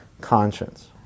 conscience